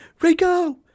Rico